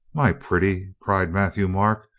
my pretty, cried matthieu-marc,